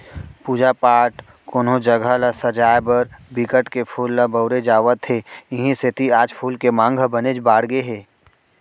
पूजा पाठ, कोनो जघा ल सजाय बर बिकट के फूल ल बउरे जावत हे इहीं सेती आज फूल के मांग ह बनेच बाड़गे गे हे